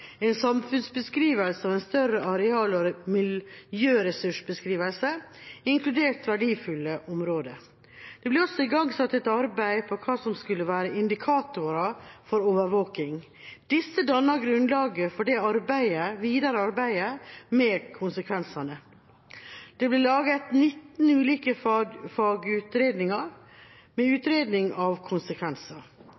en samfunnsbeskrivelse og en større areal- og miljøressursbeskrivelse, inkludert verdifulle områder. Det ble også igangsatt et arbeid for å finne ut hva som skulle være indikatorer for overvåking. Disse dannet grunnlaget for det videre arbeidet med konsekvensene. Det ble laget 19 ulike fagutredninger med utredning av konsekvenser.